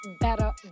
better